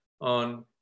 on